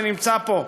שנמצא פה,